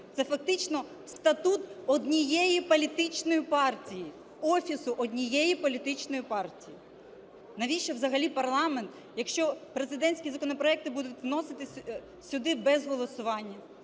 Це фактично статут однієї політичної партії, офісу однієї політичної партії. Навіщо взагалі парламент, якщо президентські законопроекти будуть вноситись сюди без голосування?